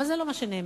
אבל זה לא מה שנאמר.